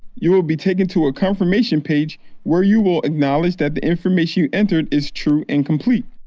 you will be taken to a confirmation page where you will acknowledge that the information you entered is true and complete.